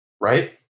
Right